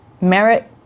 merit